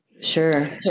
Sure